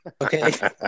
Okay